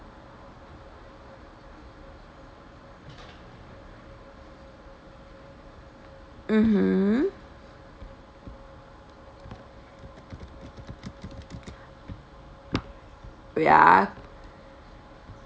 mmhmm wait ah